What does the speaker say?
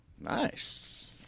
Nice